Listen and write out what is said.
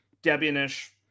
Debian-ish